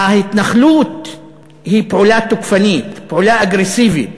ההתנחלות היא פעולה תוקפנית, פעולה אגרסיבית.